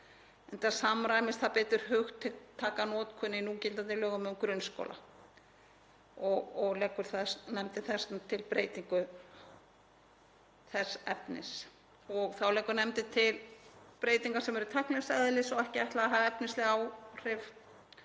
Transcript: enda samræmist það betur hugtakanotkun í núgildandi lögum um grunnskóla. Leggur nefndin til breytingu þess efnis. Þá leggur nefndin til breytingar sem eru tæknilegs eðlis og ekki ætlað að hafa efnisleg áhrif.